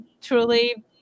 truly